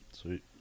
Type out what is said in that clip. Sweet